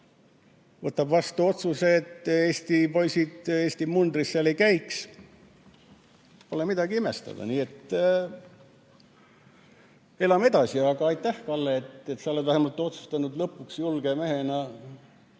võtab vastu otsuse, et Eesti poisid Eesti mundris seal ei käiks. Pole midagi imestada. Elame edasi! Aga aitäh, Kalle, et sa oled vähemalt otsustanud lõpuks julge mehena